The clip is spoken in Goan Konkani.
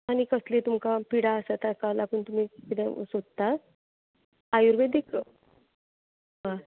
आनी कसली तुमकां पिडा आसा ताका लागून तुमी कितें सोदतात आयुर्वेदीक आं